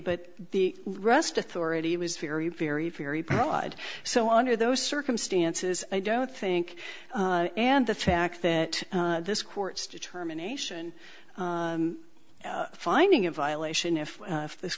but the rest authority was very very very broad so under those circumstances i don't think and the fact that this court's determination finding a violation if if this